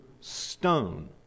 stone